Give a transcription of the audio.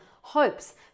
hopes